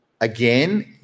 Again